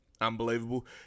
unbelievable